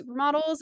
supermodels